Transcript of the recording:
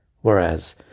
whereas